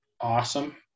awesome